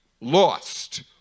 lost